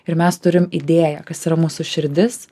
ir mes turim idėją kas yra mūsų širdis